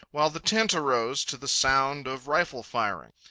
while the tent arose to the sound of rifle-firing.